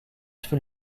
fut